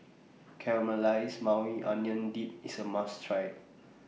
Caramelized Maui Onion Dip IS A must Try